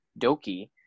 doki